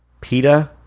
Peta